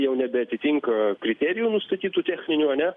jau nebeatitinka kriterijų nustatytų techninių ane